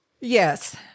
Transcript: Yes